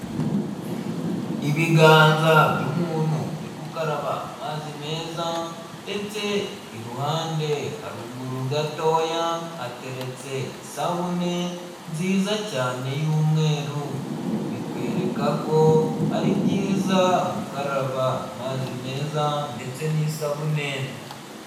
Ibiganza by'umuntu uri gukaraba amazi meza ndetse iruhande ha ruguru gatoya hateretse isabune nziza cyane y'umweru, bitwereka ko ari byiza gukaraba amazi meza ndetse n'isabune.